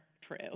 true